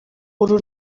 uru